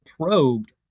probed